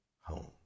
home